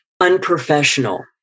unprofessional